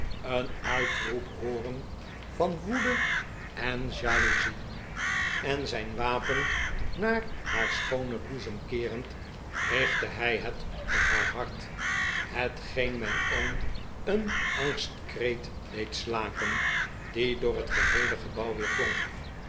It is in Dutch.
een uitroep hooren van woede en jaloeziej en zijn wapen naar haar schoonen boezem keerend richtte hij het op haar hart hetgeen mijn oom een angstkreet deed slaken die door het heele gebouw weerklonk